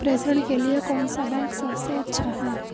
प्रेषण के लिए कौन सा बैंक सबसे अच्छा है?